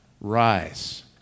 rise